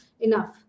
enough